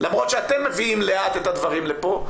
למרות שאתם מביאים לאט את הדברים לפה,